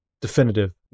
definitive